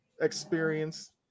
experience